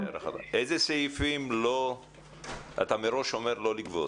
איזה סעיפים אתה אומר מראש לא לגבות?